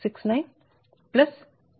669 350 218